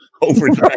overnight